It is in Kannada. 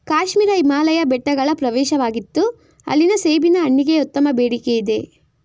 ಕಾಶ್ಮೀರ ಹಿಮಾಲಯ ಬೆಟ್ಟಗಳ ಪ್ರವೇಶವಾಗಿತ್ತು ಅಲ್ಲಿನ ಸೇಬಿನ ಹಣ್ಣಿಗೆ ಉತ್ತಮ ಬೇಡಿಕೆಯಿದೆ